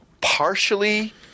partially